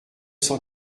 cent